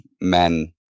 men